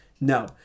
No